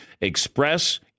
Express